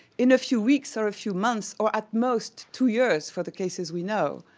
in a few weeks or a few months or at most two years for the cases we know.